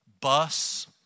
bus